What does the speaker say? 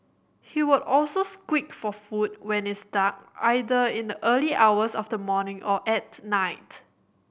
he would also squeak for food when it's dark either in the early hours of the morning or at night